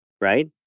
Right